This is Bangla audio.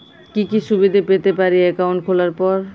কি কি সুবিধে পেতে পারি একাউন্ট খোলার পর?